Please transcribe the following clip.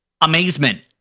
amazement